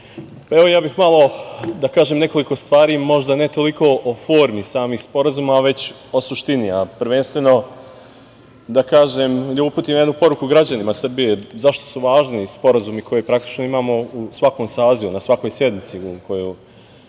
ja bih malo da kažem nekoliko stvari možda ne toliko o formi samih sporazuma, već o suštini. Prvenstveno bih uputio jednu poruku građanima Srbije zašto su važni sporazumi koje praktično imamo u svakom sazivu, na svakoj sednici koju